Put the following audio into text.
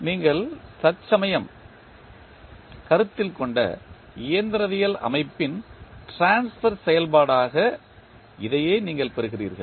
நீங்கள் தற்சமயம் கருத்தில் கொண்ட இயந்திரவியல் அமைப்பின் ட்ரான்ஸ்பர் செயல்பாடாக இதையே நீங்கள் பெறுகிறீர்கள்